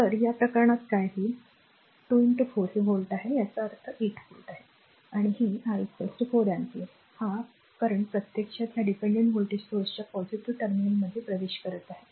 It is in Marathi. तर या प्रकरणात काय होईल हे r 2 4 हे व्होल्ट आहे याचा अर्थ ते 8 व्होल्ट आहे आणि हे I 4 अँपिअर हा current प्रत्यक्षात या dependent voltage source चा पॉझिटिव टर्मिनल मध्ये प्रवेश करत आहे